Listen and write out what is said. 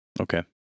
Okay